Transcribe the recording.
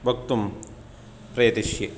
वक्तुं प्रयतिष्ये